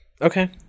Okay